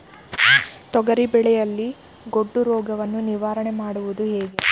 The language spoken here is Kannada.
ತೊಗರಿ ಬೆಳೆಯಲ್ಲಿ ಗೊಡ್ಡು ರೋಗವನ್ನು ನಿವಾರಣೆ ಮಾಡುವುದು ಹೇಗೆ?